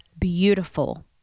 beautiful